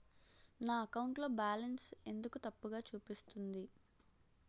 నా అకౌంట్ లో బాలన్స్ ఎందుకు తప్పు చూపిస్తుంది?